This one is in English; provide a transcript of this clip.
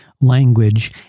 language